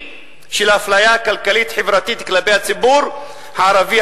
של האפליה הכלכלית-חברתית כלפי הציבור הערבי,